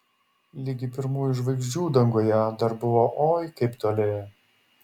ligi pirmųjų žvaigždžių danguje dar buvo oi kaip toli